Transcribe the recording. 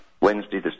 Wednesday